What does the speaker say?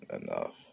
enough